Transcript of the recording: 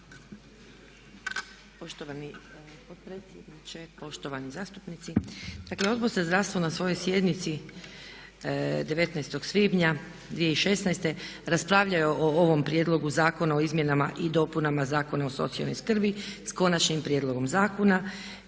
Poštovani potpredsjedniče, poštovani zastupnici. Dakle, Odbor za zdravstvo na svojoj sjednici 19.svibnja 2016. raspravljao je o ovom prijedlogu zakona o izmjenama i dopunama Zakona o socijalnoj skrbi s konačnim prijedlogom zakona